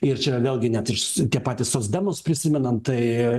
ir čia vėlgi net ir su tie patys socdemus prisimenant tai